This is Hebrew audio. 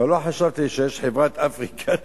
אבל לא חשבתי שיש חברת "אפריקה תל-אביב".